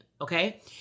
okay